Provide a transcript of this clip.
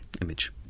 image